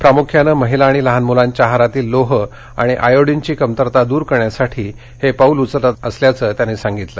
प्रामुख्यानं महिला आणि लहान मुलांच्या आहारातील लोह आणि आयोडिनची कमतरता दूर करण्यासाठी हे पाउल उचलत असल्याच त्यांनी सांगितलं